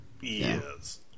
Yes